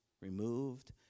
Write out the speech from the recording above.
removed